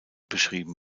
beschrieben